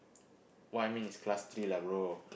what I mean is class three lah bro